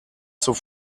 zur